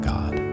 God